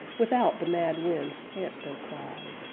without the mad wind's panther cry.